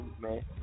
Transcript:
man